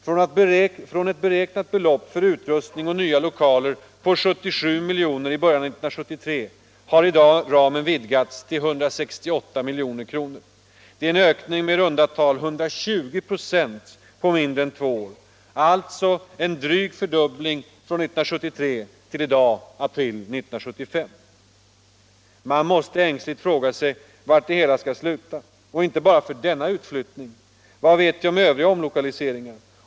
Från ett beräknat belopp för utrustning och nya lokaler på 77 miljoner i början av 1973 har ramen i dag vidgats till 168 miljoner. Det är en ökning med i runt tal 120 96 på mindre än två år, alltså en dryg fördubbling från 1973 till april 1975. Man frågar sig ängsligt var det hela skall sluta — och inte bara för denna utflyttning. Vad vet vi om övriga omlokaliseringar?